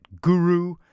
guru